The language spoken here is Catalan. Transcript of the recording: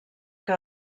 que